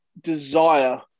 desire